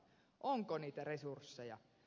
onko niitä resursseja